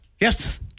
Yes